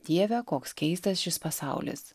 dieve koks keistas šis pasaulis